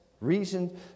reason